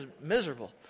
miserable